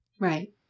Right